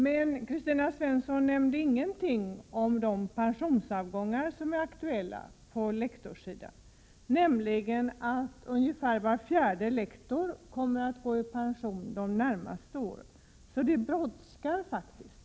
Men Kristina Svensson nämnde ingenting om de pensionsavgångar som är aktuella på lektorssidan. Ungefär var fjärde lektor kommer nämligen att gå i pension under de närmaste åren, så det brådskar faktiskt.